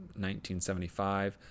1975